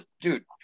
Dude